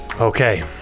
Okay